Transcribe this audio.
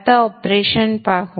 आता ऑपरेशन पाहू